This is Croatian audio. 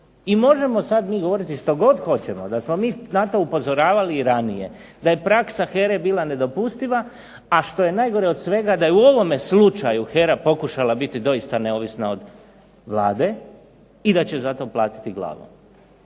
I možemo mi sada govoriti što god hoćemo, da smo mi na to upozoravali i ranije, da je praksa HERA-e bila nedopustiva, a što je najgore od svega da je u ovome slučaju HERA pokušala biti doista neovisna od Vlade, i da će za to platiti glavom.